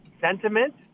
sentiment